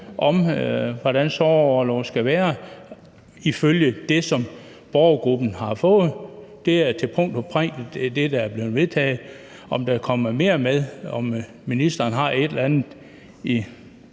om, hvordan sorgorlov skal være. Det, som borgergruppen har leveret, er til punkt og prikke det, som bliver vedtaget. Om der kommer mere med, om ministeren har et eller andet i